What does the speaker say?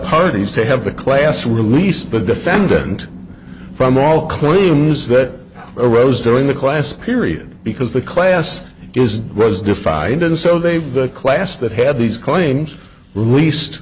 parties to have a class release the defendant from all claims that arose during the class period because the class is reza defined and so they the class that had these claims released